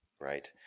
right